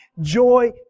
joy